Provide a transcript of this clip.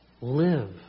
live